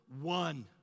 one